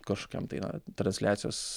kažkokiam tai transliacijos